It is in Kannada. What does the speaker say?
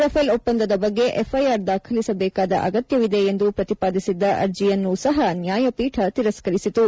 ರಫಾಲ್ ಒಪ್ಪಂದದ ಬಗ್ಗೆ ಎಫ್ಐಆರ್ ದಾಖಲಿಸಬೇಕಾದ ಅಗತ್ಯವಿದೆ ಎಂದು ಪ್ರತಿಪಾದಿಸಿದ್ದ ಅರ್ಜಿಯನ್ನೂ ಸಹ ನ್ಯಾಯಪೀಠ ತಿರಸ್ಕರಿಸಿತು